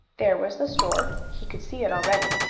there was the store. he could see it already.